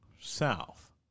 south